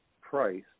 price